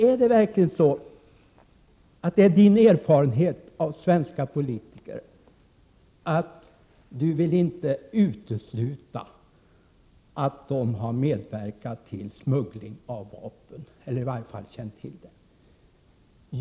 Är verkligen Nils Berndtsons erfarenhet av svenska politiker sådan att han inte vill utesluta att de har medverkat till smuggling av vapen, eller i varje fall känt till sådan?